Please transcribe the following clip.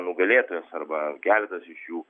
nugalėtojas arba keletas iš jų